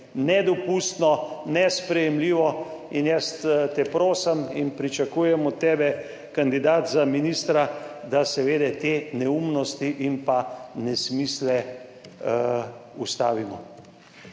Nedopustno, nesprejemljivo in jaz te prosim in pričakujem od tebe, kandidat za ministra, da seveda te neumnosti in pa nesmisle ustavimo.